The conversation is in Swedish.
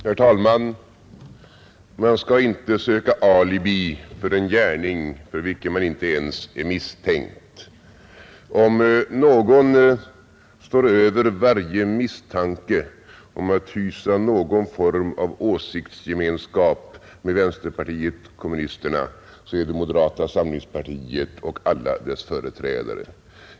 Herr talman! Man skall inte söka alibi för en gärning, för vilken man inte ens är misstänkt. Om någon står över varje misstanke om att hysa någon form av åsiktsgemenskap med vänsterpartiet kommunisterna, så är det moderata samlingspartiet och alla dess företrädare.